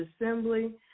assembly